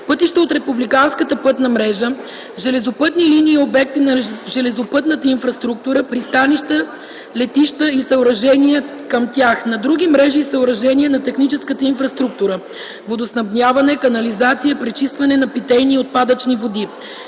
пътища от републиканската пътна мрежа, железопътни линии и обекти на железопътната инфраструктура, пристанища, летища и съоръжения към тях; на други мрежи и съоръжения на техническата инфраструктура – водоснабдяване, канализация, пречистване на питейни и отпадъчни води,